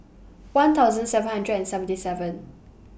one thousand seven hundred and seventy seven